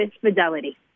fidelity